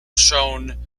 shown